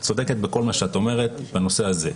את צודקת בכל מה שאת אומרת בנושא הזה.